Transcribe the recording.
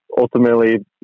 ultimately